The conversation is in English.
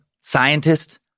scientist